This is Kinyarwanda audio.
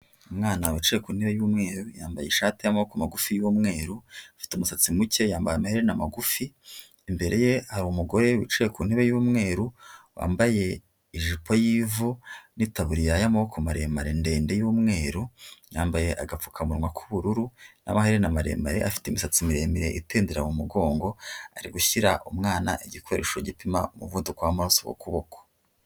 Umwana wicaye ku ntebe y'umweru, yambaye ishati y'amaboko magufi y'umweru, afite umusatsi muke yambara ameherena magufi, imbere ye hari umugore wicaye ku ntebe y'umweru, wambaye ijipo y'ivu n'itaburiya y'amaboko maremare ndende y'umweru, yambaye agapfukamunwa k'ubururu n'amaherena maremare, afite imisatsi miremire itendera mu mugongo, ari gushyira umwana igikoresho gipima umuvuduko w'amaraso ku kuboko.